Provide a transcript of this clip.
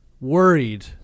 worried